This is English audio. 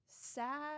sad